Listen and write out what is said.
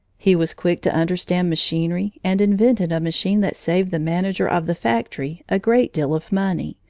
he was quick to understand machinery and invented a machine that saved the manager of the factory a great deal of money,